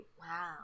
Wow